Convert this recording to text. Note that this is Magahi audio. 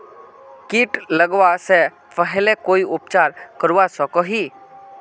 किट लगवा से पहले कोई उपचार करवा सकोहो ही?